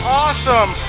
awesome